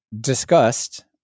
discussed